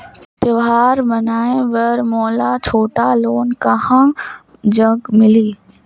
त्योहार मनाए बर मोला छोटा लोन कहां जग मिलही?